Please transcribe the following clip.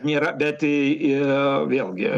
nėra bet vėlgi